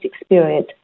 experience